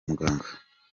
muganga